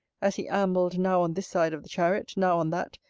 as he ambled now on this side of the chariot, now on that,